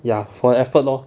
ya for effort lor